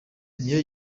niyo